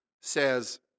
says